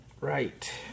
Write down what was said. Right